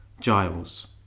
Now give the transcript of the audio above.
Giles